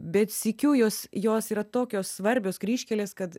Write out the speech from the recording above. bet sykiu jos jos yra tokios svarbios kryžkelės kad